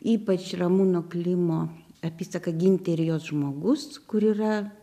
ypač ramūno klimo apysaką gintė ir jos žmogus kur yra